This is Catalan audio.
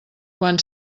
quan